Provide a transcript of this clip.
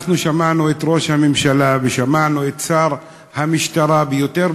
אנחנו שמענו את ראש הממשלה ושמענו את שר המשטרה ביותר